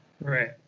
right